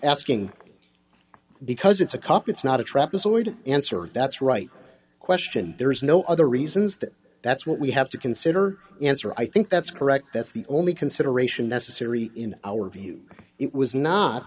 asking because it's a cop it's not a trap as a way to answer that's right question there is no other reasons that that's what we have to consider answer i think that's correct that's the only consideration necessary in our view it was not